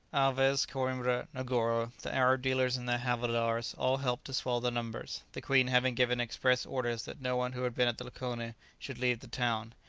alvez, coimbra, negoro, the arab dealers and their havildars all helped to swell the numbers, the queen having given express orders that no one who had been at the lakoni should leave the town,